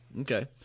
okay